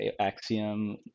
Axiom